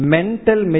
Mental